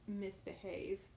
misbehave